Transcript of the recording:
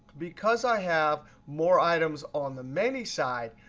because i have more items on the many side,